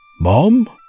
Mom